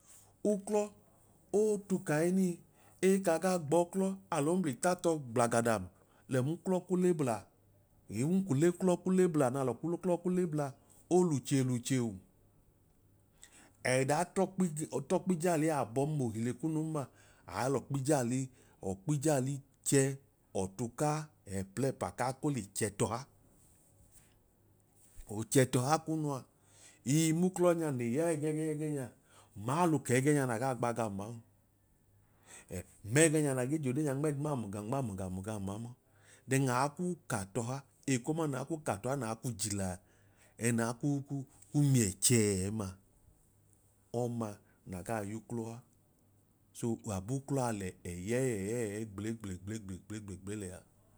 Uklọ oo tu kahinin ee ka ga gbọọ uklọ alombli ta tọọ gblagadam lẹ bun klọ k'ulebla eun k'ule klọ k'ulebla n'alọ k'uklọ k'ulebla, oluche luche on. Ẹẹdaa t'ọkpij t'ọkpijaali abọn ma ohile kunun ma aalọkpijaali ọkpijaali chẹẹ ọtu kaa ẹplẹẹpa kaa ko le chẹ tọha. Ochẹtọha kunu a ii m'uklọ ẹgẹnya nle ya ẹgẹnya ẹgẹnya ma aluka ẹgẹnya na gaa gba gan mam, ẹ mẹgẹnya na nmẹ nma amu gam nma amu gam gam mam then aaku ka tọha ekoduuma naa ku ka t'ọha naaku jilaa ẹnaa ku ku miẹ chẹ ẹẹmaa ọma na gaa y'uklọ a so abu'klọ a lẹ ẹyẹẹyẹẹyẹi gblegble gblegble gblegble gble lẹa